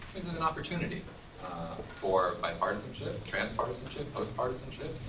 is is an opportunity for bipartisanship, transpartisanship, postpartisanship,